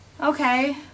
Okay